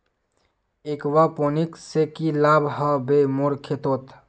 aquaponics से की लाभ ह बे मोर खेतोंत